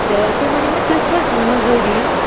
تہٕ تُہۍ ؤنِو مےٚ تُہۍ کٔژ موٚزور یِیِو